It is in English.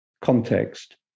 context